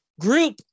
group